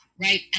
right